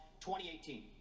2018